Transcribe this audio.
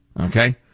Okay